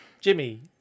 Jimmy